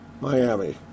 Miami